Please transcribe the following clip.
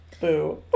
Boo